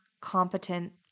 competent